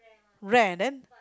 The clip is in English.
rare then